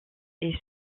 est